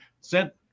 sent